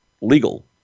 legal